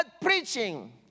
preaching